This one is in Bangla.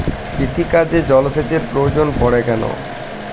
কৃষিকাজে জলসেচের প্রয়োজন পড়ে কেন?